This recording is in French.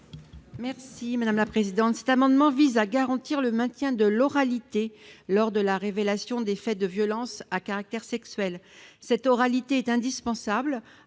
Mme Michelle Meunier. Cet amendement vise à garantir le maintien de l'oralité lors de la révélation des faits de violences à caractère sexuel. Cette oralité est indispensable